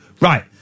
Right